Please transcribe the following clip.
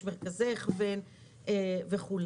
יש מרכזי הכוון וכו'.